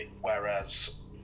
whereas